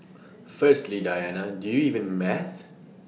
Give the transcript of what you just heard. firstly Diana do you even math